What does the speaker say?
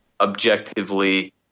objectively